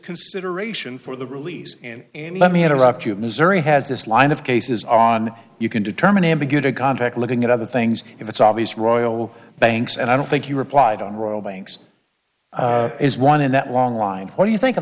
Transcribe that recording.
consideration for the release and and let me interrupt you of missouri has this line of cases on you can determine and begin to contract looking at other things it's obvious royal banks and i don't think you replied on royal banks is one in that long line what do you think of